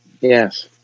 Yes